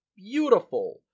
beautiful